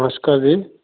ਨਮਸਕਾਰ ਜੀ